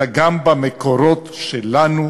אלא גם במקורות שלנו,